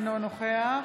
אינו נוכח